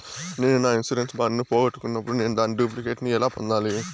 నేను నా insurance bond ను పోగొట్టుకున్నప్పుడు నేను దాని డూప్లికేట్ ను ఎలా పొందాలి?